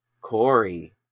Corey